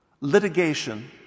litigation